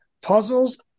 puzzles